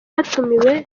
hatumiwe